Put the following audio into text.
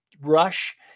rush